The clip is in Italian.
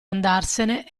andarsene